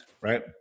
right